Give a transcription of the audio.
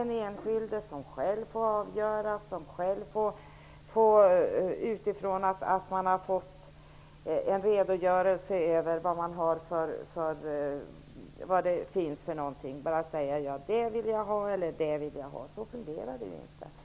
den enskilde inte själv avgöra och, utifrån den redogörelse över vad som finns tillgängligt, säga vad han eller hon vill ha. Så fungerar det inte.